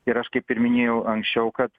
ir aš kaip ir minėjau anksčiau kad